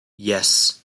yes